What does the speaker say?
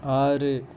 ஆறு